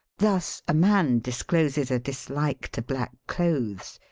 thus a man discloses a dislike to black clothes.